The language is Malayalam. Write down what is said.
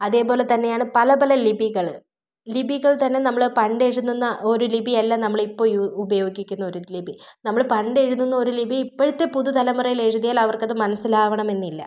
അതേപോലെ തന്നെയാണ് പല പല ലിപികൾ ലിപികൾ തന്നെ നമ്മൾ പണ്ടെഴുതുന്ന ഒരു ലിപിയല്ല നമ്മൾ ഇപ്പോൾ യു ഉപയോഗിക്കുന്നത് ഒരു ലിപി നമ്മൾ പണ്ട് എഴുതുന്ന ലിപി ഇപ്പോഴത്തെ പുതുതലമുറയിൽ എഴുതിയാൽ അവർക്ക് മനസ്സിലാകണമെന്നില്ല